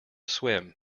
swim